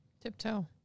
tiptoe